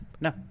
No